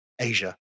Asia